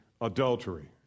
adultery